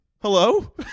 hello